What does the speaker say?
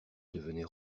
devenait